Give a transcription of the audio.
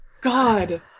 God